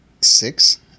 six